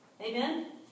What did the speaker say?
Amen